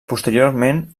posteriorment